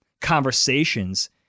conversations